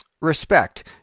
Respect